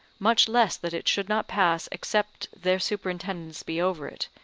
much less that it should not pass except their superintendence be over it,